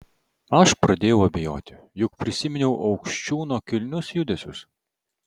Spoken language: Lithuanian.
aš pradėjau abejoti juk prisiminiau aukščiūno kilnius judesius